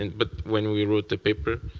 but when we wrote the paper,